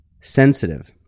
sensitive